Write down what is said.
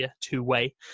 two-way